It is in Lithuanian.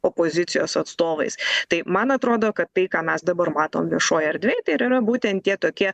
opozicijos atstovais tai man atrodo kad tai ką mes dabar matom viešoj erdvėj tai ir yra būtent tie tokie